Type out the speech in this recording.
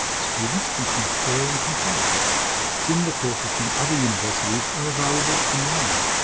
students can compare and contrast similar courses from other universities are available online.